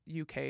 UK